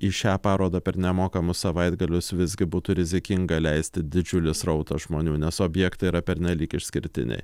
į šią parodą per nemokamus savaitgalius visgi būtų rizikinga leisti didžiulį srautą žmonių nes objektai yra pernelyg išskirtiniai